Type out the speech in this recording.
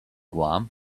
guam